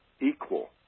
equal